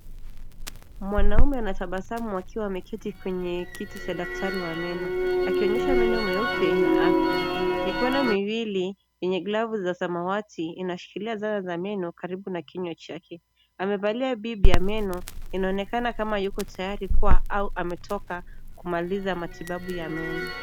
Mwanaume anatabasamu akiwa ameketi kwenye kiti cha daktari wa meno akionyesha meno meupe ina afya. Mikono miwili yenye glavu za samawati inashikilia zana za meno karibu na kinywa chake. Amevalia bib ya meno, inaonekana kama yuko tayari kuwa au ametoka kumaliza matibabu ya meno.